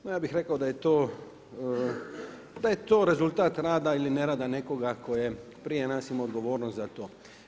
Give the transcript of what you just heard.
No, ja bih rekao da je to rezultat rada ili nerada nekoga tko je prije nas imao odgovornost za to.